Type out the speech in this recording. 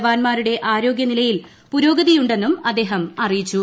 ജവാൻമാരുടെ ആരോഗ്യനിലയിൽ പുരോഗതിയുണ്ടെന്നും അദ്ദേഹം അറിയിച്ചു